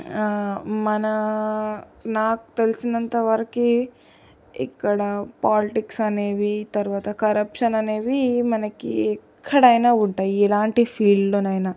మన నాకు తెలిసినంత వరకు ఇక్కడ పాలిటిక్స్ అనేవి తర్వాత కరప్షన్ అనేవి మనకి ఎక్కడైనా ఉంటాయి ఎలాంటి ఫీల్డ్లో అయినా